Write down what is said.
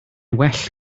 well